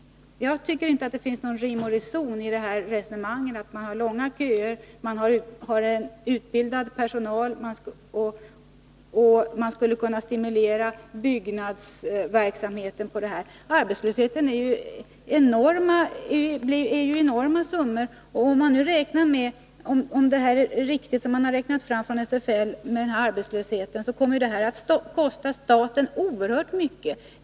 Jag tycker inte att det finns någon rim och reson i resonemanget — man har långa köer, man har utbildad personal och man skulle kunna stimulera byggnadsverksamheten. Arbetslösheten kostar ju enorma summor. Om SFL:s beräkningar i fråga om arbetslösheten är riktiga, kommer det här att kosta staten oerhört mycket.